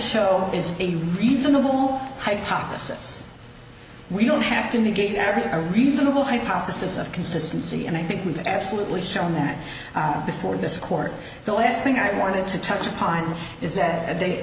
show is a reasonable hypothesis we don't have to give everything a reasonable hypothesis of consistency and i think we've absolutely shown that before this court the last thing i wanted to touch upon is that